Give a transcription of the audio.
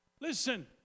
Listen